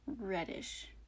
reddish